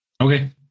okay